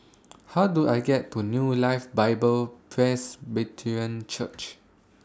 How Do I get to New Life Bible Presbyterian Church